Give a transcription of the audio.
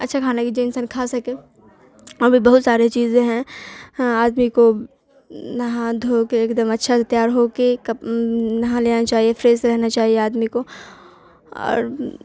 اچھا کھانا کہ جو انسان کھا سکے اور بھی بہت سارے چیزیں ہیں آدمی کونہا دھو کے ایک دم اچھا سے تیار ہو کے نہا لینا چاہیے فریش رہنا چاہیے آدمی کو اور